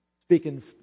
speaking